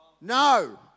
No